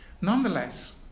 Nonetheless